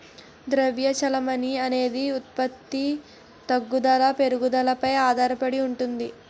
ద్రవ్య చెలామణి అనేది ఉత్పత్తి తగ్గుదల పెరుగుదలపై ఆధారడి ఉంటుంది